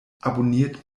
abonniert